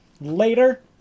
later